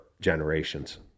generations